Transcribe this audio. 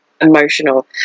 emotional